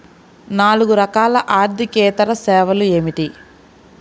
నాలుగు రకాల ఆర్థికేతర సేవలు ఏమిటీ?